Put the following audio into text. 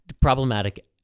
problematic